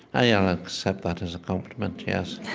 i'll yeah accept that as a compliment, yes.